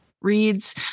reads